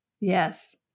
yes